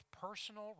personal